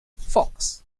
fox